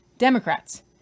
Democrats